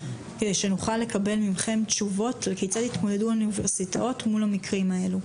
כדי שנוכל לקבל מכם תשובות כיצד התמודדו האוניברסיטאות מול המקרים האלו.